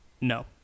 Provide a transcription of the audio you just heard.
No